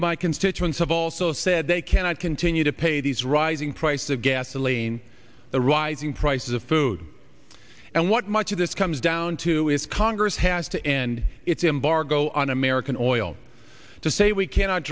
of my constituents of also said they cannot continue to pay these rising price of gasoline the rising prices of food and what much of this comes down to is congress has to end its embargo on american oil to say we cannot